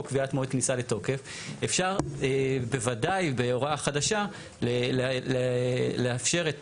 קביעת מועד כניסה לתוקף אפשר בוודאי בהוראה חדשה לאפשר את